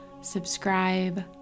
subscribe